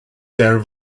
there